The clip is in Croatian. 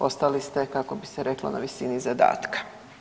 Ostali ste kako bi se reklo na visini zadatka.